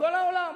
מכל העולם,